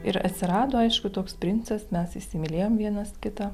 ir atsirado aišku toks princas mes įsimylėjom vienas kitą